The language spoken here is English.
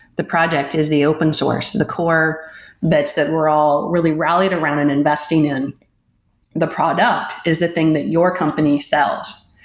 the project is the open source. the core bits that we're all really rallied around and investing in the product is the thing that your company sells,